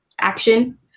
action